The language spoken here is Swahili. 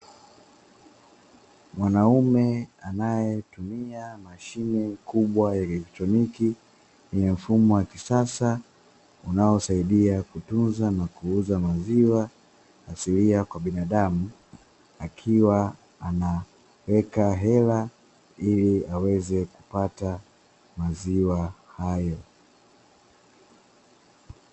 Mwanaume anayetumia mashine kubwa ya elektroniki, yenye mfumo wa kisasa unaosaidia kutunza na kuuza maziwa asilia kwa binadamu akiwa anaweka hela ili aweze kupata maziwa hayo.